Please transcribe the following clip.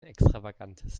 extravagantes